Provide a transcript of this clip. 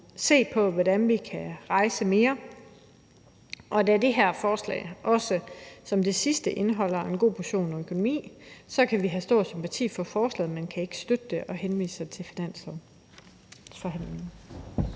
se på, hvordan vi kan komme videre. Og da det her forslag også som det sidste indeholder en god portion økonomi, kan vi have stor sympati for forslaget, men kan ikke støtte det, og vi henviser til